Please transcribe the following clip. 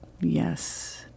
Yes